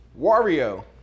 Wario